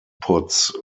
puts